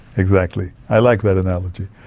exactly, i like that analogy.